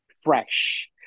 fresh